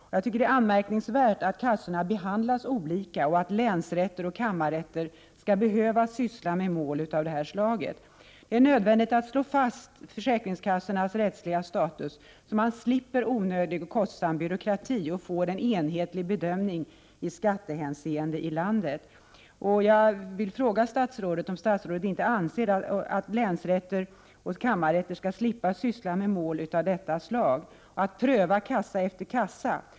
Jag tycker att det är anmärkningsvärt att kassorna behandlas olika och att länsrätter och kammarrätter skall behöva syssla med mål av detta slag. Det är nödvändigt att slå fast försäkringskassorna rättsliga status, så att man slipper onödig och kostsam byråkrati och får en enhetlig bedömning i skattehänseende i landet. Jag vill fråga om inte statsrådet anser att länsrätter och kammarrätter bör slippa syssla med mål av detta slag, att pröva kassa efter kassa.